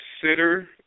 consider